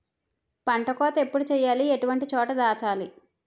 పంట కోత ఎప్పుడు చేయాలి? ఎటువంటి చోట దాచాలి?